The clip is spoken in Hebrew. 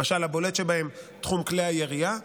למשל, הבולט שבהם תחום כלי הירייה,